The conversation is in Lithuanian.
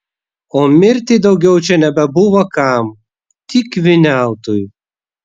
o mirti daugiau čia nebebuvo kam tik vyniautui